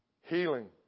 healing